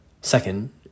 Second